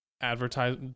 advertise